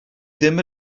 ddim